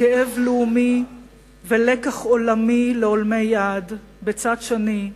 כאב לאומי ולקח עולמי לעולמי עד בצד שני,